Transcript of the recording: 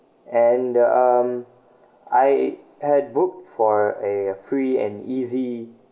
and um I had booked for a free and easy